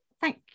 Thank